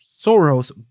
Soros